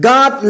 God